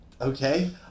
okay